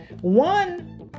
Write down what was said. one